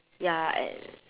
ya and